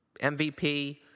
MVP